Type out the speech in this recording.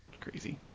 crazy